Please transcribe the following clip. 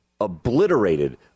obliterated